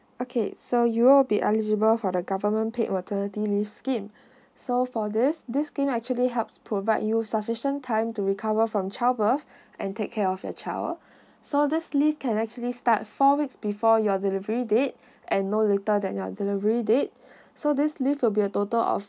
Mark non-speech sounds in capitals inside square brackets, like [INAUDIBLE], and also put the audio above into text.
okay so you'll be eligible for the government paid maternity leave scheme [BREATH] so for this this scheme actually helps provide you sufficient time to recover from child birth [BREATH] and take care of your child [BREATH] so this leave can actually start four weeks before your delivery date [BREATH] and no later than your delivery date [BREATH] so this leave will be a total of